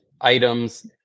items